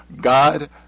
God